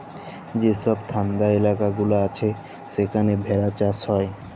যে ছব ঠাল্ডা ইলাকা গুলা আছে সেখালে ভেড়া চাষ হ্যয়